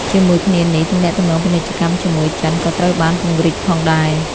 ជាមួយគ្នានេះ ទំនាក់ទំនងពាណិជ្ជកម្មជាមួយ ចិន ក៏ត្រូវបានពង្រីកផងដែរ។